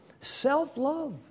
self-love